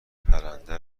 پرنده